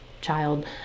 child